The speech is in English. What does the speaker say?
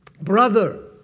brother